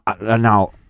now